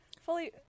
Fully